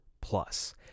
Plus